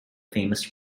famous